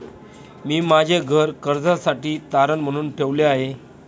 मी माझे घर कर्जासाठी तारण म्हणून ठेवले आहे